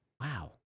Wow